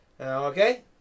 okay